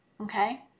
okay